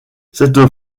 cette